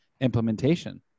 implementation